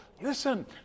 Listen